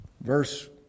Verse